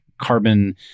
carbon